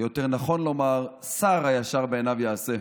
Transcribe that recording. ויותר נכון לומר: שר הישר בעיניו יעשה.